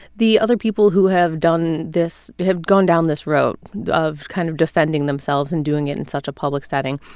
the other people who have done this have gone down this road of kind of defending themselves and doing it in such a public setting.